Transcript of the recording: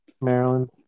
Maryland